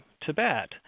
Tibet